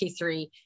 T3